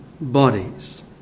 bodies